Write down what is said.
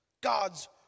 God's